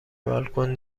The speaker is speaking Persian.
بالکن